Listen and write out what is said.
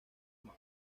más